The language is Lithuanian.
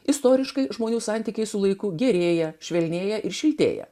istoriškai žmonių santykiai su laiku gerėja švelnėja ir šiltėja